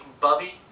Bubby